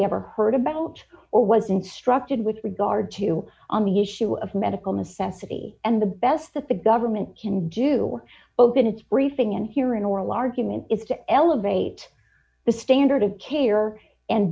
ever heard about or was instructed with regard to on the issue of medical necessity and the best that the government can do open its briefing and hearing or large human is to elevate the standard of care and